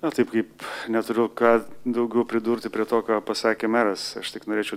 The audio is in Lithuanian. na taip kaip neturiu ką daugiau pridurti prie to ką pasakė meras aš tik norėčiau